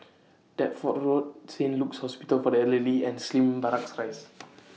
Deptford Road Saint Luke's Hospital For The Elderly and Slim Barracks Rise